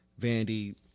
Vandy